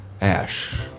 Ash